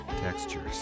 textures